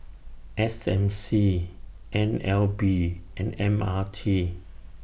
S M C N L B and M R T